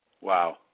Wow